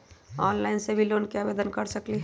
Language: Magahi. ऑनलाइन से भी लोन के आवेदन कर सकलीहल?